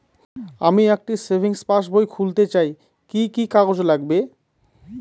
আমি একটি সেভিংস পাসবই খুলতে চাই কি কি কাগজ লাগবে?